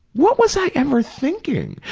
what was i ever thinking?